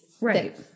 right